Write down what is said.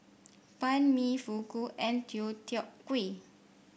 Banh Mi Fugu and Deodeok Gui